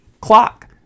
clock